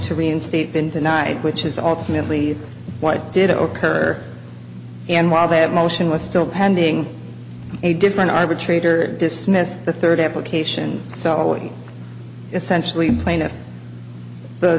to reinstate been tonight which is ultimately what did it occur and while that motion was still pending a different arbitrator dismissed the third application so essentially plaintiff the